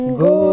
go